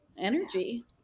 Energy